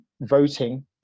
voting